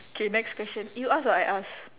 okay next question you ask or I ask